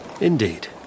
Indeed